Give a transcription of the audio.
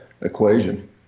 equation